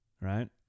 right